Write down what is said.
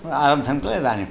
आरब्धं तु इदानीम्